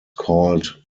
called